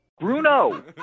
bruno